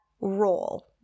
role